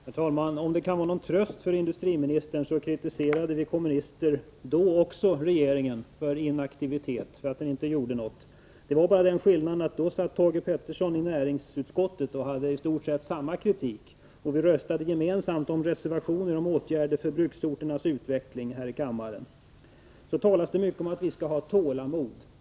Herr talman! Om det kan vara någon tröst för industriministern kan jag nämna att vi kommunister också kritiserade de borgerliga regeringarna för inaktivitet. Det vara bara den skillnaden att Thage Peterson då satt i näringsutskottet och framförde i stort sett samma kritik som vi. Vi röstade gemensamt om reservationer här i kammaren med krav på åtgärder för bruksorternas utveckling. Här talas det mycket om att vi skall ha tålamod.